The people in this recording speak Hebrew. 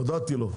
הודעתי לו.